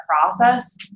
process